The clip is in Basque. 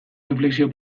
inflexio